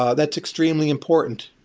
ah that's extremely important.